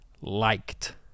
liked